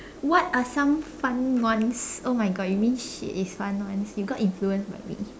what are some fun ones oh my God you mean shit is fun one you got influenced by me